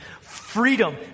freedom